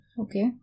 Okay